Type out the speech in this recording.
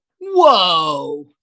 Whoa